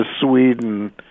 Sweden